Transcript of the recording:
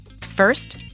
First